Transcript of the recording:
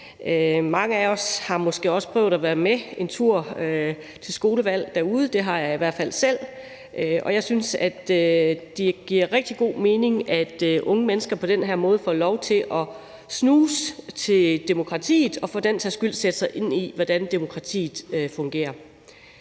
Mange af os har måske også prøvet at være med en tur til skolevalg derude. Det har jeg i hvert fald selv, og jeg synes, at det giver rigtig god mening, at unge mennesker på den her måde får lov til at snuse til demokratiet og for den sags skyld at sætte sig ind i, hvordan demokratiet fungerer.